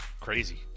Crazy